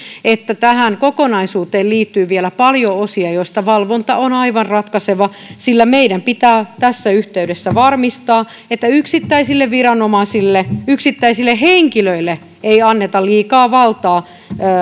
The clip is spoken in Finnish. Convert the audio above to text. että tähän kokonaisuuteen liittyy vielä paljon osia joista valvonta on aivan ratkaiseva sillä meidän pitää tässä yhteydessä varmistaa että yksittäisille viranomaisille yksittäisille henkilöille ei anneta liikaa valtaa